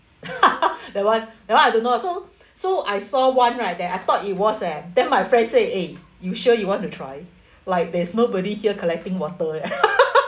that [one] that [one] I don't know so so I saw one right then I thought it was eh then my friend say eh you sure you want to try like there's nobody here collecting water